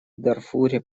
дарфуре